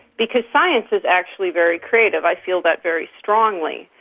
because science is actually very creative. i feel that very strongly.